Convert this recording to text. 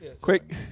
Quick